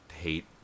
hate